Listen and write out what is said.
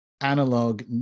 analog